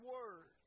Word